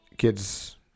kids